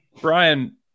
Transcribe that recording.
Brian